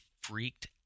freaked